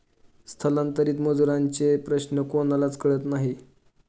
स्थलांतरित मजुरांचे प्रश्न कोणालाच कळत नाही